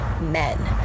men